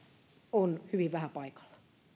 on hyvin vähän paikalla